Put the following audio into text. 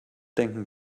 denken